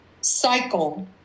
cycle